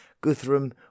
Guthrum